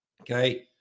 Okay